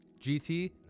gt